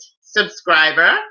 subscriber